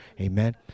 Amen